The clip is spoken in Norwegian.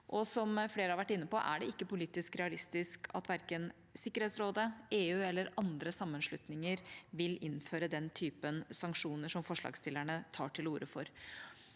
Som flere har vært inne på, er det ikke politisk realistisk at Sikkerhetsrådet, EU eller andre sammenslutninger vil innføre den typen sanksjoner som forslagsstillerne tar til orde for.